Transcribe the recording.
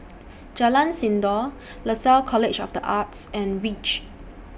Jalan Sindor Lasalle College of The Arts and REACH